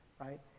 right